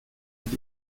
mit